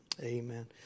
Amen